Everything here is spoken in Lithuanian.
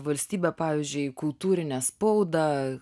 valstybė pavyzdžiui kultūrinę spaudą